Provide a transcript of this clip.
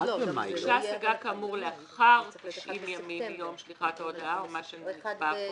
הוגשה השגה כאמור לאחר 90 ימים מיום שליחת ההודעה" או מה שנקבע פה,